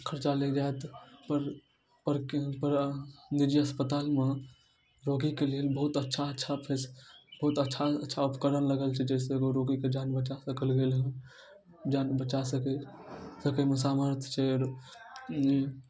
खरचा लागि जाइ हइ पर पर पर निजी अस्पतालमे रोगीके लेल बहुत अच्छा अच्छा फैसिलिटी बहुत अच्छा अच्छा उपकरण लागल छै जाहिसँ एगो रोगीके जान बचा सकल गेल हइ जान बचा सकै सकैमे सामर्थ छै आओर ई